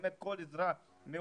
באמת כל עזרה מהאופוזיציה,